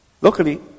Luckily